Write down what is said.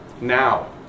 Now